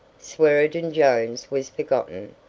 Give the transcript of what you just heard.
swearengen jones was forgotten,